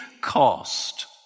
cost